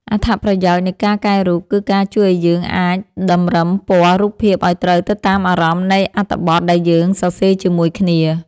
អត្ថប្រយោជន៍នៃការកែរូបគឺការជួយឱ្យយើងអាចតម្រឹមពណ៌រូបភាពឱ្យត្រូវទៅតាមអារម្មណ៍នៃអត្ថបទដែលយើងសរសេរជាមួយគ្នា។